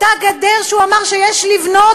אותה גדר שהוא אמר שיש לבנות,